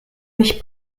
nicht